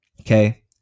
Okay